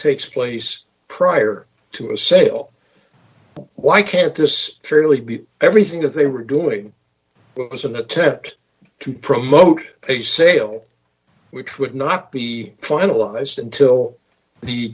takes place prior to a sale why can't this fairly be everything that they were doing was an attempt to promote a sale which would not be finalized until the